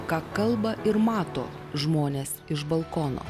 ką kalba ir mato žmones iš balkono